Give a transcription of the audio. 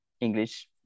English